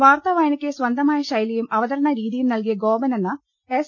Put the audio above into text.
വാർത്ത വായനക്ക് സ്വന്തമായ ശൈലിയും അവതരണ രീതിയും നൽകിയ ഗോപൻ എന്ന എസ്